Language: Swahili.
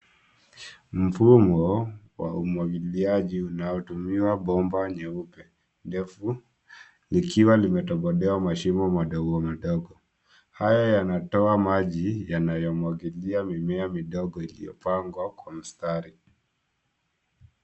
Mfumo wa umwagiliaji unaotumia bomba nyeupe ndefu likiwa limetobolewa mashimo madogo madogo haya yanatoa maji yanayomwagilia mimea midogo iliyopangwa kwa mistari.